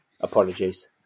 apologies